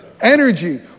energy